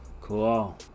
Cool